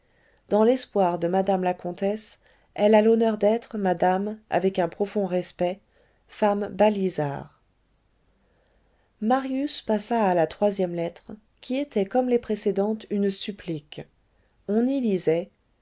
dans l'espoir de madame la contesse elle a l'honneur d'être madame avec un profond respect femme balizard marius passa à la troisième lettre qui était comme les précédentes une supplique on y lisait